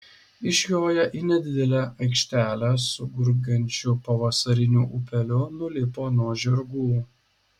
išjoję į nedidelę aikštelę su gurgančiu pavasariniu upeliu nulipo nuo žirgų